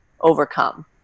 overcome